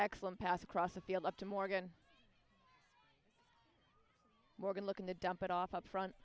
excellent pass across the field up to morgan morgan looking to dump it off up front